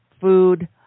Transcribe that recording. food